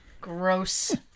Gross